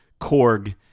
Korg